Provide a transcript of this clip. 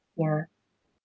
ya